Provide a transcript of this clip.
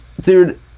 Dude